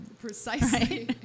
Precisely